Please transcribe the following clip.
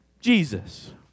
Jesus